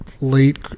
late